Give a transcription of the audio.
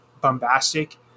bombastic